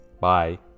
Bye